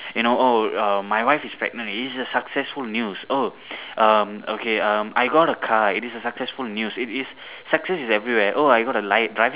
you know oh um my wife is pregnant it is a successful news oh um okay um I got a car it is a successful news it is success is everywhere oh I got a li~ driving